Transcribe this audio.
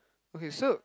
okay so